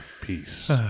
Peace